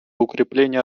укрепление